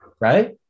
right